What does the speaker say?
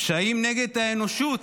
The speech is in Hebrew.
פשעים נגד האנושות,